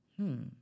-hmm